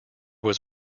was